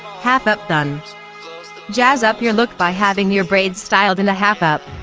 half-up bun jazz up your look by having your braids styled in a half-up,